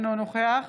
אינו נוכח